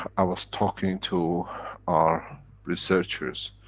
i was talking to our researchers,